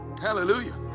hallelujah